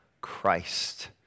Christ